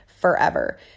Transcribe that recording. forever